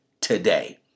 today